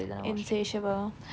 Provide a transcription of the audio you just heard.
insatiable